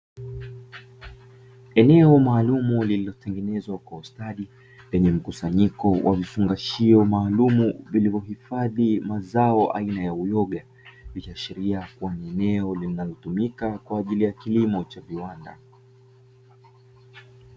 Eneo maalumu lililotengenezwa kwa ustadi lenye mkusanyiko wa vifungashio maalumu, vilivyohifadhi mazao aina ya uyoga; ikiashiria kuwa eneo likitumika kwa ajili ya kilimo cha viwanda.